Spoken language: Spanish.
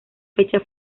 fecha